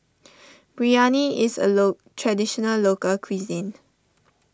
Biryani is a low Traditional Local Cuisine